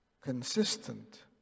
consistent